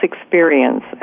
experience